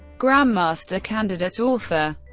grandmaster, candidate, author